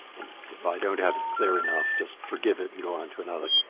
if i don't have it clear enough, just forgive it and go on to another.